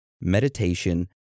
meditation